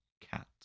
cat